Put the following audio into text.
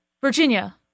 Virginia